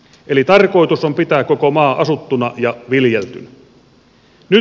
eli tarkoitus on pitää koko maa asuttuna ja viljeltynä